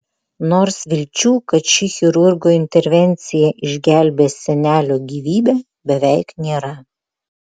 nors vilčių kad ši chirurgo intervencija išgelbės senelio gyvybę beveik nėra